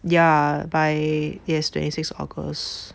yeah by yes twenty six August